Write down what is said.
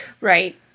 Right